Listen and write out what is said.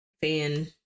fan